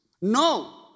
No